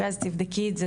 אז תבדקי את זה,